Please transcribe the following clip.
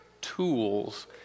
tools